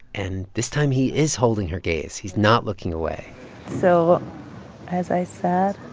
and this time, he is holding her gaze. he's not looking away so as i said,